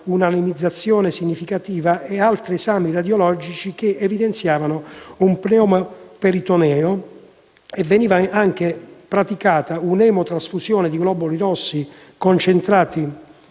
un'anemizzazione significativa ed esami radiologici che evidenziavano un pneumoperitoneo. Veniva praticata emotrasfusione di globuli rossi concentrati